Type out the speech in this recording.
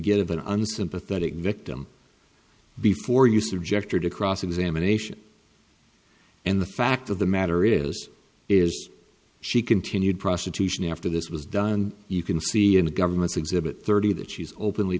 of an unsympathetic victim before you subject her to cross examination and the fact of the matter is is she continued prostitution after this was done you can see in the government's exhibit thirty that she's openly